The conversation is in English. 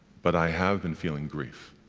but i have been feeling grief,